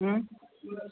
ऊँ